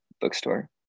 bookstore